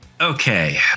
Okay